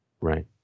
Right